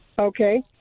okay